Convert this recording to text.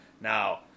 Now